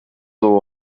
nur